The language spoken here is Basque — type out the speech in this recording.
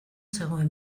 zegoen